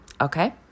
okay